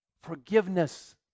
forgiveness